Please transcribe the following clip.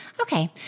okay